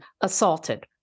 assaulted